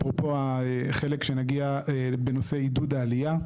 אפרופו החלק שנגיע בנושא עידוד העלייה,